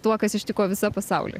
tuo kas ištiko visą pasaulį